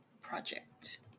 project